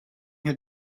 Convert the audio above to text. had